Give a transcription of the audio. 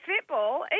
football